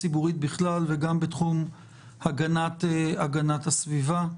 הציבורית בכלל ובתחום הגנת הסביבה בפרט.